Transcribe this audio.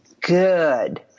Good